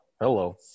Hello